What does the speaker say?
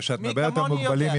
כשאת מדברת על מוגבלים,